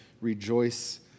Rejoice